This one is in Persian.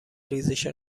ریزش